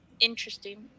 Interesting